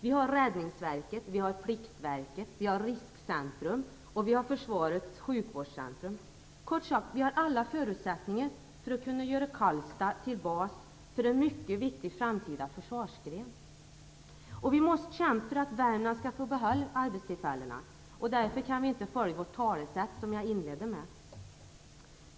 Där har vi Räddningsverket, Pliktverket, Riskcentrum och Försvarets sjukvårdscentrum. Kort sagt, vi har alla förutsättningar att göra Karlstad till bas för en mycket viktig framtida försvarsgren. Vi måste kämpa för att Värmland skall få behålla arbetstillfällena. Därför kan vi inte följa vårt talesätt som jag inledde med.